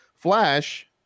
Flash